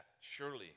surely